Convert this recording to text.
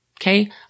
Okay